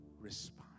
respond